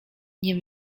nie